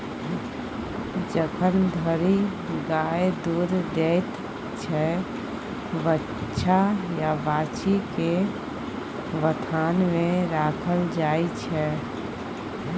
जखन धरि गाय दुध दैत छै बछ्छा या बाछी केँ बथान मे राखल जाइ छै